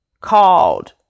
called